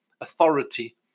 authority